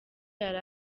yari